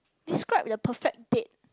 describe your perfect date